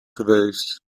geweest